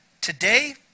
Today